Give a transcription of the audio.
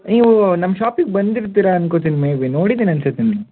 ನೀವು ನಮ್ಮ ಶಾಪಿಗೆ ಬಂದಿರ್ತೀರ ಅನ್ಕೊಳ್ತೀನಿ ಮೇ ಬಿ ನೋಡಿದ್ದೀನಿ ಅನ್ಸತ್ತೆ ನಿಮ್ಮನ್ನ